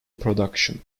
production